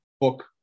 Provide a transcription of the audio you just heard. book